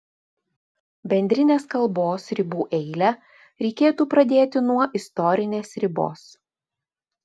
bendrinės kalbos ribų eilę reikėtų pradėti nuo istorinės ribos